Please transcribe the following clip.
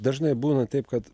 dažnai būna taip kad